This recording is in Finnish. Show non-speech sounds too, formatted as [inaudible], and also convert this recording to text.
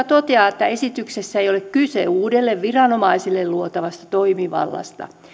[unintelligible] toteaa että esityksessä ei ole kyse uudelle viranomaiselle luotavasta toimivallasta